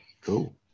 Cool